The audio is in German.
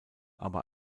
aber